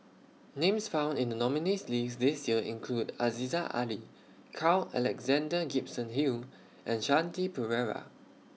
Names found in The nominees' list This Year include Aziza Ali Carl Alexander Gibson Hill and Shanti Pereira